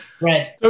Right